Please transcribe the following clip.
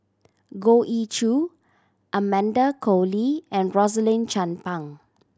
Goh Ee Choo Amanda Koe Lee and Rosaline Chan Pang